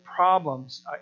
problems